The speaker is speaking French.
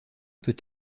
peut